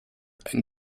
and